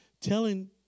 telling